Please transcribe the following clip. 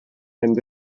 mynd